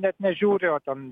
net nežiūri o ten